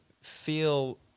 feel